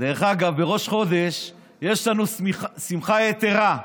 דרך אגב, בראש חודש יש לנו שמחה יתרה,